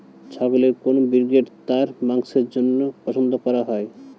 ছাগলের কোন ব্রিড তার মাংসের জন্য পছন্দ করা হয়?